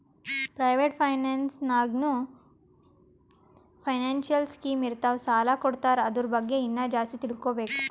private finance ನಾಗ್ನೂ financial scheme ಇರ್ತಾವ್ ಸಾಲ ಕೊಡ್ತಾರ ಅದುರ್ ಬಗ್ಗೆ ಇನ್ನಾ ಜಾಸ್ತಿ ತಿಳ್ಕೋಬೇಕು